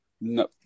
No